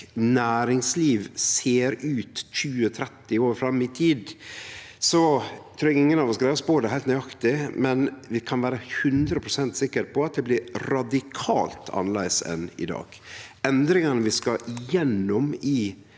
næringsliv ser ut 20–30 år fram i tid, trur eg ingen av oss greier å spå det heilt nøyaktig, men vi kan vere 100 pst. sikre på at det blir radikalt annleis enn i dag. Endringane vi skal gjennom i